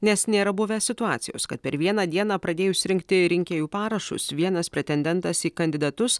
nes nėra buvę situacijos kad per vieną dieną pradėjus rinkti rinkėjų parašus vienas pretendentas į kandidatus